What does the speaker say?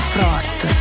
Frost